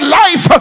life